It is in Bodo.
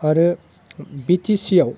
आरो बिटिसियाव